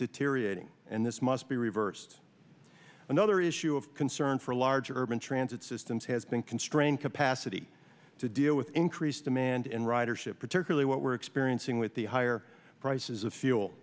deteriorating and this must be reversed another issue of concern for large urban transit systems has been constrained capacity to deal with increased demand in ridership particularly what we're experiencing with the higher prices of fuel